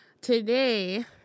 today